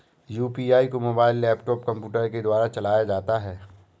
UPI को mobile laptop computer के द्वारा चलाया जाता है